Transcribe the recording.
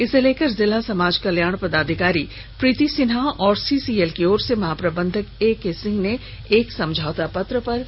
इसे लेकर जिला समाज कल्याण पदाधिकारी प्रीति सिन्हा और सीसीएल की ओर से महाप्रबंधक एके सिंह ने एक समझौता पत्र पर हस्ताक्षर किये